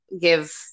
give